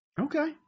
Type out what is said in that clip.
Okay